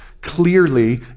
clearly